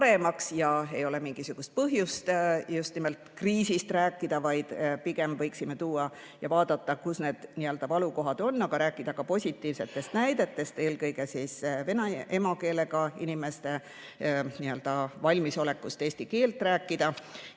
ja ei ole mingisugust põhjust just nimelt kriisist rääkida, vaid pigem võiksime vaadata, kus need valukohad on, aga rääkida ka positiivsetest näidetest, eelkõige vene emakeelega inimeste valmisolekust eesti keeles rääkida.